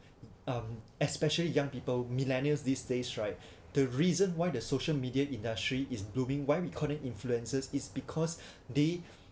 um especially young people millennials these days right the reason why the social media industry is blooming why we call it influencers is because they